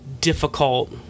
difficult